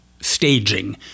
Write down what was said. staging